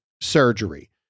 surgery